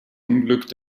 unglück